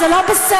זה לא בסדר,